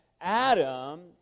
Adam